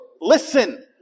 Listen